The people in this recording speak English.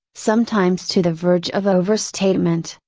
sometimes to the verge of overstatement,